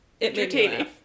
entertaining